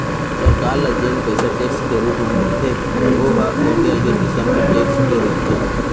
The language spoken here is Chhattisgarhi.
सरकार ल जेन पइसा टेक्स के रुप म मिलथे ओ ह अलगे अलगे किसम के टेक्स के रहिथे